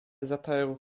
zatarł